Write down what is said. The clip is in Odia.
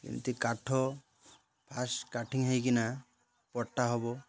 ଏମିତି କାଠ ଫାଷ୍ଟ୍ କଟିଙ୍ଗ୍ ହେଇକିନା ପଟ୍ଟା ହେବ